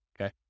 okay